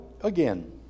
again